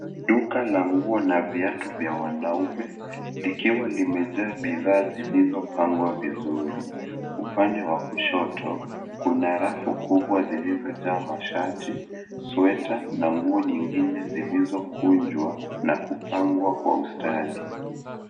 Duka la nguo na viatu vya wanaume, likiwa limejaa bidhaa zilizopangwa vizuri. Upande wa kushoto, kuna rafu kubwa zilizojaa mashati, sweta na nguo nyingine zilizokunjwa na kupangwa kwa ustadi.